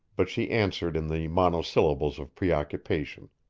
but she answered in the monosyllables of preoccupation,